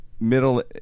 middle